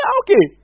okay